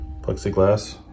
plexiglass